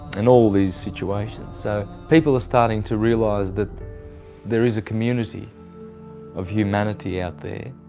and all these situations. so, people are starting to realize that there is a community of humanity out there.